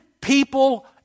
people